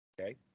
okay